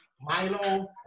Milo